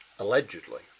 Allegedly